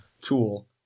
tool